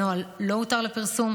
הנוהל לא הותר לפרסום.